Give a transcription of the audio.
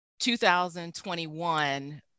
2021